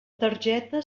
targeta